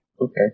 Okay